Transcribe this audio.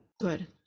Good